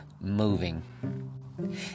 moving